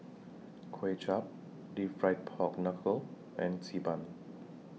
Kway Chap Deep Fried Pork Knuckle and Xi Ban